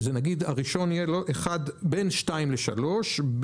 נגיד הראשון יהיה בין שתיים לשלוש,